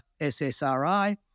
SSRI